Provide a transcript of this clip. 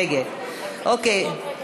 נגד, אוקיי.